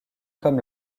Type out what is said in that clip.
comme